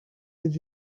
did